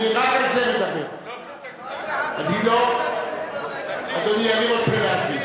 אני לא אמרתי לך חד-פעמי, אני רק על זה מדבר.